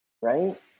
right